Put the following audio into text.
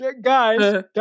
guys